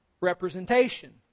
Representation